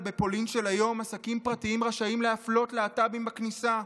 אבל בפולין של היום עסקים פרטיים רשאים להפלות להט"בים בכניסה.